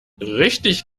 richtig